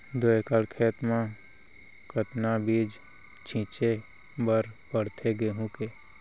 दो एकड़ खेत म कतना बीज छिंचे बर पड़थे गेहूँ के?